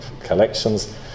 collections